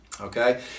okay